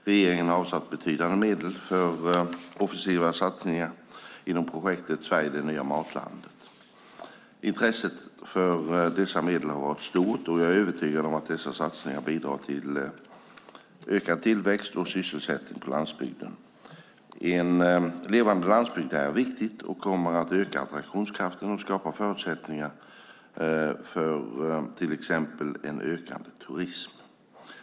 Regeringen har avsatt betydande medel för offensiva satsningar inom projektet Sverige - det nya matlandet. Intresset för dessa medel har varit stort, och jag är övertygad om att dessa satsningar bidrar till ökad tillväxt och sysselsättning på landsbygden. En levande landsbygd är viktig och kommer att öka attraktionskraften och skapa förutsättningar för till exempel en ökande turism.